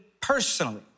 personally